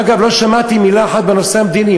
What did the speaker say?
אגב, לא שמעתי מילה אחת בנושא המדיני.